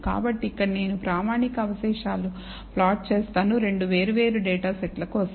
కాబట్టి ఇక్కడ నేను ప్రామాణిక అవశేషాలు ప్లాట్ చేసాను 2 వేర్వేరు డేటా సెట్ల కోసం